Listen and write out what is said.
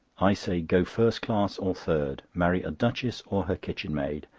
i say, go first class or third marry a duchess or her kitchenmaid.